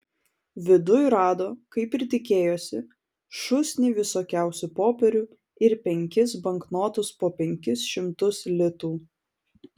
viduj rado kaip ir tikėjosi šūsnį visokiausių popierių ir penkis banknotus po penkis šimtus litų